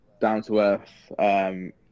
down-to-earth